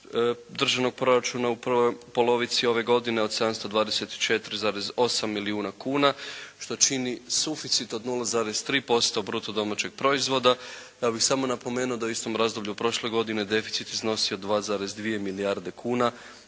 državnog proračuna u prvoj polovici ove godine od 724,8 milijuna kuna što čini suficit od 0,3% bruto domaćeg proizvoda. Ja bih samo napomenuo da je u istom razdoblju prošle godine deficit iznosio 2,2 milijarde kuna